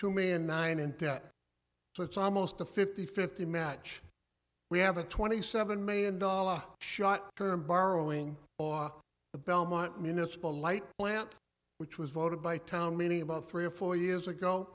into me and nine in debt so it's almost a fifty fifty match we have a twenty seven million dollars shot term borrowing the belmont municipal light plant which was voted by town meeting about three or four years ago